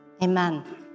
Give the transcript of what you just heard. Amen